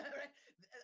right